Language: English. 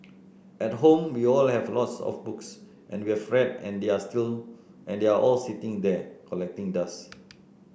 at home we all have a lots of books and we have read and they are still and they are all sitting there collecting dust